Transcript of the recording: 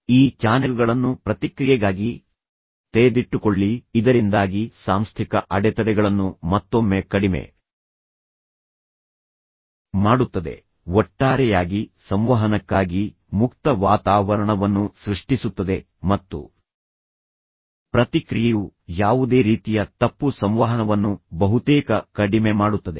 ಈ ಚಾನೆಲ್ಗಳನ್ನು ಪ್ರತಿಕ್ರಿಯೆಗಾಗಿ ತೆರೆದಿಟ್ಟುಕೊಳ್ಳಿ ಇದರಿಂದಾಗಿ ಸಾಂಸ್ಥಿಕ ಅಡೆತಡೆಗಳನ್ನು ಮತ್ತೊಮ್ಮೆ ಕಡಿಮೆ ಮಾಡುತ್ತದೆ ಒಟ್ಟಾರೆಯಾಗಿ ಸಂವಹನಕ್ಕಾಗಿ ಮುಕ್ತ ವಾತಾವರಣವನ್ನು ಸೃಷ್ಟಿಸುತ್ತದೆ ಮತ್ತು ಪ್ರತಿಕ್ರಿಯೆಯು ಯಾವುದೇ ರೀತಿಯ ತಪ್ಪು ಸಂವಹನವನ್ನು ಬಹುತೇಕ ಕಡಿಮೆ ಮಾಡುತ್ತದೆ